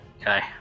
Okay